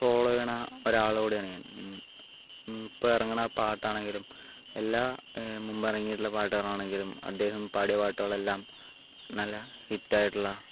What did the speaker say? follow ചെയ്യുന്ന ഒരാൾ കൂടിയാണ് ഞാൻ ഇപ്പോൾ ഇറങ്ങുന്ന പാട്ടാണെങ്കിലും എല്ലാ മുമ്പ് ഇറങ്ങിട്ടുള്ള പാട്ടുകളാണെങ്കിലും അദ്ദേഹം പാടിയ പാട്ടുകൾ എല്ലാം നല്ല ഹിറ്റായിട്ടുള്ള